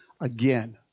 again